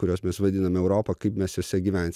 kuriuos mes vadiname europa kaip mes juose gyvensim